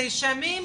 נאשמים,